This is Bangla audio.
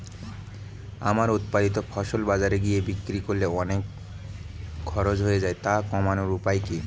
আমার উৎপাদিত ফসল বাজারে গিয়ে বিক্রি করলে অনেক খরচ হয়ে যায় তা কমানোর উপায় কি?